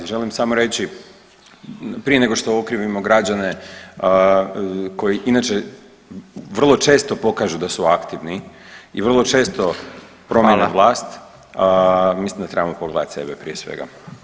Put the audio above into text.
Želim samo reći prije nego što okrivimo građane koji inače vrlo često pokažu da su aktivni i vrlo često promjene vlast [[Upadica: Hvala.]] mislim da trebamo pogledati sebe prije svega.